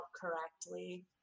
correctly